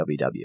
www